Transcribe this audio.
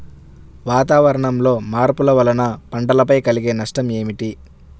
వాతావరణంలో మార్పుల వలన పంటలపై కలిగే నష్టం ఏమిటీ?